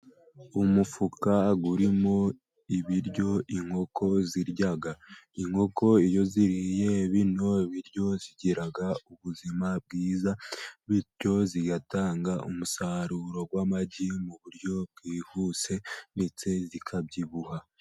Umufuka urimo ibiryo, inkoko zirya. Inkoko iyo ziriye bino biryo zigira ubuzima bwiza, bityo zigatanga umusaruro w'amagi, mu buryo bwihuse ndetse zikabyibuha.